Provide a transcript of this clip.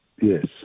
Yes